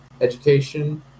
education